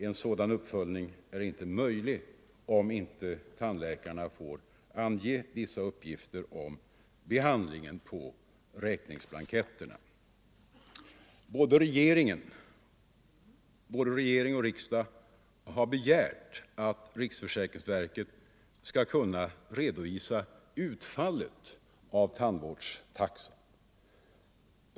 En sådan uppföljning är inte möjlig om inte tandläkarna får ange vissa uppgifter om behandlingen på räkningsblanketterna. Både regering och riksdag har begärt att riksförsäkringsverket skall kunna redovisa utfallet av tandvårdstaxan.